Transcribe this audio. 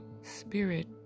spirit